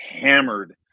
hammered